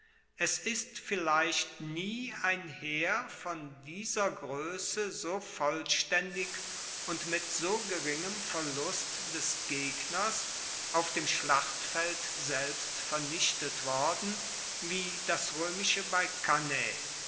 es ist vielleicht nie ein heer von dieser groesse so vollstaendig und mit so geringem verlust des gegners auf dem schlachtfeld selbst vernichtet worden wie das roemische